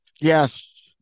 yes